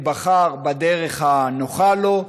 הוא בחר בדרך הנוחה לו,